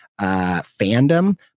fandom